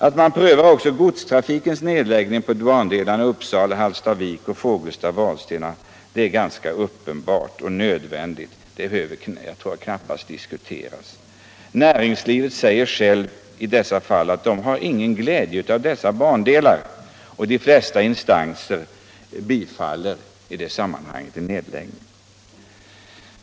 Att man prövar också frågan om godstrafikens nedläggning på bandelarna Uppsala-Hallstavik och Fågelsta-Vadstena är ganska uppenbart och nödvändigt — det behöver knappast diskuteras. Företrädare för näringslivet säger själva att de inte har någon glädje av dessa bandelar, och de flesta instanser bifaller förslaget om nedläggning.